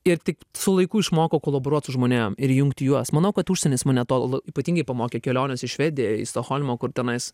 ir tik su laiku išmokau kolaboruot su žmonėm ir jungti juos manau kad užsienis mane to la ypatingai pamokė kelionės į švediją į stokholmą kur tenais